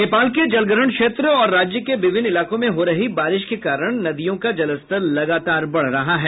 नेपाल के जलग्रहण क्षेत्र और राज्य के विभिन्न इलाकों में हो रही बारिश के कारण नदियों का जलस्तर लगातार बढ़ रहा है